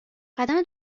قدم